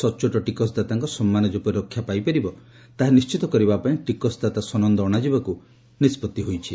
ସଚ୍ଚୋଟ ଟିକସଦାତାଙ୍କ ସମ୍ମାନ ଯେପରି ରକ୍ଷା ପାଇପାରିବ ତାହା ନିଶ୍ଚିତ କରିବା ପାଇଁ ଟିକସଦାତା ସନନ୍ଦ ଅଶାଯିବାକୁ ନିଷ୍ପଭି ନିଆଯାଇଛି